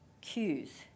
cues